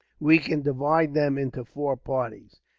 we can divide them into four parties.